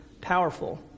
powerful